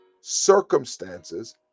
circumstances